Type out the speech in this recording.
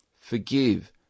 forgive